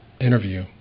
interview